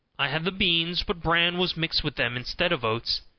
i had the beans, but bran was mixed with them instead of oats,